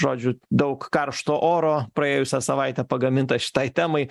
žodžiu daug karšto oro praėjusią savaitę pagaminta šitai temai